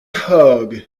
hug